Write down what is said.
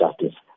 justice